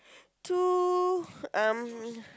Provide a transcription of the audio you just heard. two um